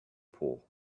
pool